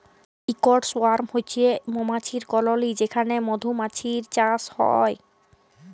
ইকট সোয়ার্ম হছে মমাছির কললি যেখালে মধুমাছির চাষ হ্যয়